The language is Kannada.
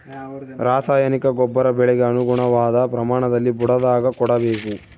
ರಾಸಾಯನಿಕ ಗೊಬ್ಬರ ಬೆಳೆಗೆ ಅನುಗುಣವಾದ ಪ್ರಮಾಣದಲ್ಲಿ ಬುಡದಾಗ ಕೊಡಬೇಕು